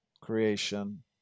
creation